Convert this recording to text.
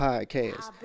Podcast